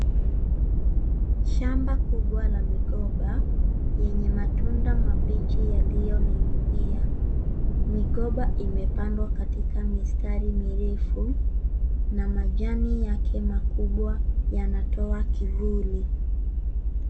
Shamba kubwa la migomba yenye matunda mabichi yalioninginia migomba imepandwa katika mistari mirefu na majani yake makubwa yanatoa kivuli.